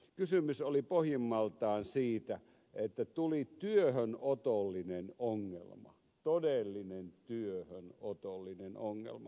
kysymys oli pohjimmaltaan siitä että tuli työhönotollinen ongelma todellinen työhönotollinen ongelma